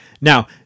Now